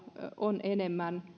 on enemmän